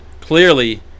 clearly